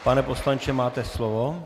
Pane poslanče, máte slovo.